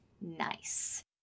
Nice